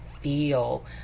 feel